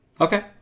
Okay